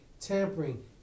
tampering